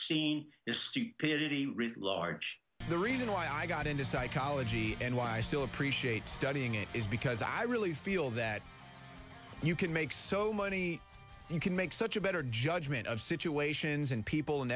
seen is stupidity writ large the reason why i got into psychology and why i still appreciate studying it is because i really feel that you can make so money you can make such a better judgement of situations and people and